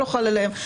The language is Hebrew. לא חל עליהם.